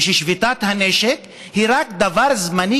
וששביתת הנשק היא רק דבר זמני,